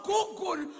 Google